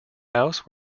house